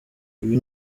ibi